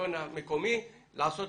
לשלטון המקומי לבצע